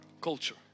Culture